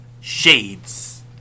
shades